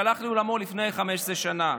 שהלך לעולמו לפני 15 שנה.